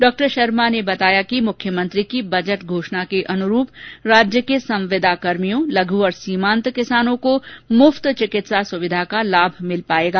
डॉ शर्मा ने बताया कि मुख्यमंत्री की बजट घोषणा के अनुरूप राज्य के संविदाकर्मियों लघ् और सीमांत किसानों को मुफ्त चिकित्सा सुविधो का लाभ मिल पायेगा